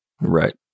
Right